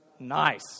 nice